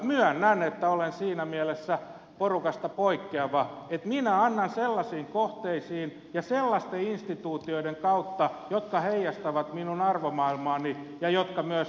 myönnän että olen siinä mielessä porukasta poikkeava että minä annan sellaisiin kohteisiin ja sellaisten instituutioiden kautta jotka heijastavat minun arvomaailmaani ja jotka myös kunnioittavat elämän pyhyyttä